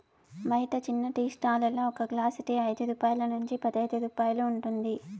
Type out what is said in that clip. బయట చిన్న tea stall లలో ఒక గ్లాస్ టీ ఐదు రూపాయల నుంచి పదైదు రూపాయలు ఉంటుంది